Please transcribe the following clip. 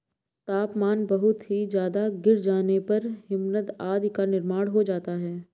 तापमान बहुत ही ज्यादा गिर जाने पर हिमनद आदि का निर्माण हो जाता है